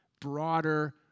broader